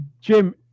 Jim